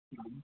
हा